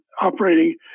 operating